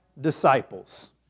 disciples